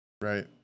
Right